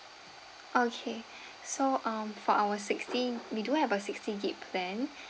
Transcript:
okay so um for our sixty we do have a sixty gigabytes plan